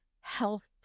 health